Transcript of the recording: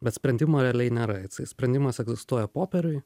bet sprendimo realiai nėra jisai sprendimas egzistuoja popieriuj